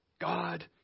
God